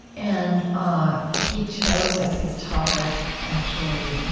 and ah he chose as his topic actually